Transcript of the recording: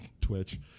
Twitch